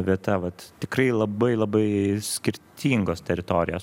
vieta vat tikrai labai labai skirtingos teritorijos